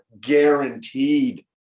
guaranteed